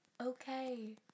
okay